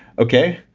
okay,